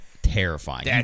Terrifying